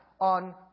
on